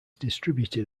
distributed